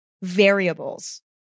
variables